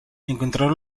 encontraron